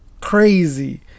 crazy